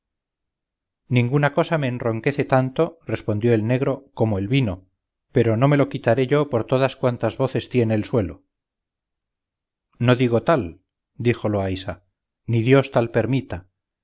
ninguna cosa me enronquece tanto respondió el negro como el vino pero no me lo quitaré yo por todas cuantas voces tiene el suelo no digo tal dijo loaysa ni dios tal permita